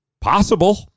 Possible